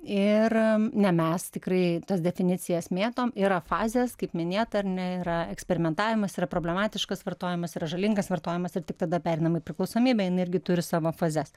ir ne mes tikrai tas definicijas mėtom yra fazės kaip minėta ar ne yra eksperimentavimas yra problematiškas vartojimas yra žalingas vartojimas ir tik tada pereinama į priklausomybę jinai irgi turi savo fazes